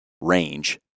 range